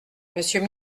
monsieur